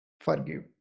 forgive